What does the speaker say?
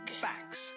Facts